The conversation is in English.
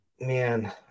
man